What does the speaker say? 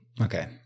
Okay